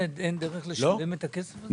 אין דרך לשלם את הכסף הזה?